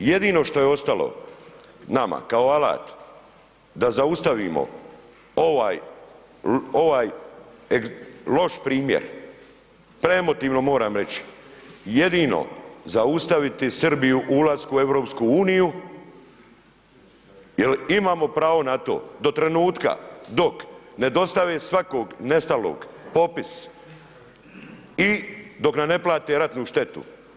Jedino što je ostalo nama kao alat da zaustavimo ovaj, ovaj loš primjer, premotivno moram reći, jedino za zaustaviti Srbiju u ulasku u EU jel imamo pravo na to do trenutka dok ne dostave svakog nestalog, popis i dok nam ne plate ratnu štetu.